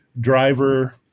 driver